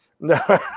No